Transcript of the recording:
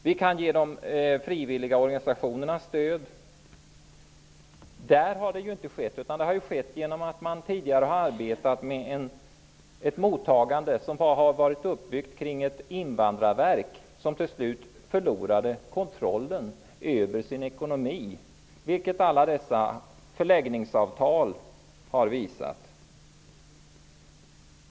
Vi kan ge de frivilliga organisationerna stöd. Det har inte skett förut. Man har tidigare arbetat med ett mottagande som har varit uppbyggt kring ett invandrarverk som till slut förlorade kontrollen över sin ekonomi, vilket alla dessa förläggningsavtal har visat.